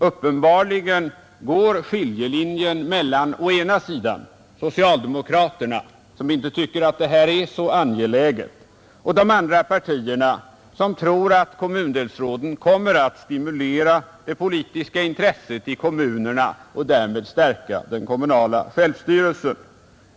Uppenbarligen går skiljelinjen mellan å ena sidan socialdemokraterna som inte tycker att detta är så angeläget och å andra sidan de övriga partierna som tror att kommundelsråden kommer att stimulera det politiska intresset i kommunerna och därmed stärka den kommunala självstyrelsen.